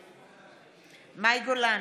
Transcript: נגד מאי גולן,